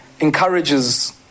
encourages